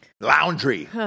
Laundry